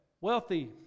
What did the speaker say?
wealthy